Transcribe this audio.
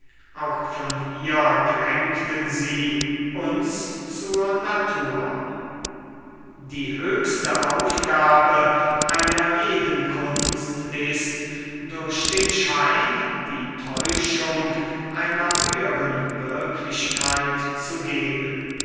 auch von ihr drängten sie uns zur natur die höchste aufgabe einer jeden kunst ist durch den schein die täuschung einer höheren wirklichkeit zu geben